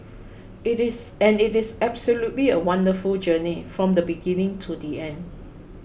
it is and it is absolutely a wonderful journey from the beginning to the end